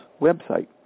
website